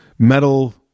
metal